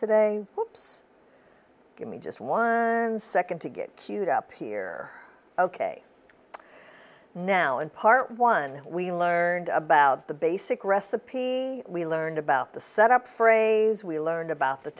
today hoops give me just one second to get up here ok now in part one we learned about the basic recipe we learned about the setup phrase we learned about the